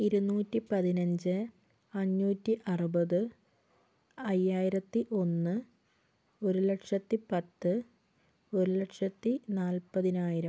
ഇരുന്നൂറ്റി പതിനഞ്ച് അഞ്ഞൂറ്റി അറുപത് അയ്യായിരത്തി ഒന്ന് ഒരു ലക്ഷത്തി പത്ത് ഒരു ലക്ഷത്തി നാൽപ്പതിനായിരം